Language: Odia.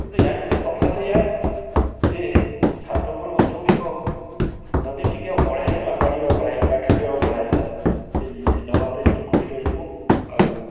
କିନ୍ତୁ ୟା ଭିତରେ ତଫାତ୍ ଏୟା ଯେ ଛାତ ଉପର ଗଛଗୁଡ଼ିକ ଯଦି ଟିକିଏ ଅବହେଳା ହେଇଗଲା ପାଣିର ଅବହେଳା ହେଇଗଲା ଖାଦ୍ୟର ଅବହେଳା ହେଇଗଲା ସେ ନିଶ୍ଚିତ ଭାବରେ ନିକୃଷ୍ଟ ହେଇଯିବ ଆଉ